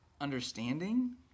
understanding